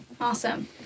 Awesome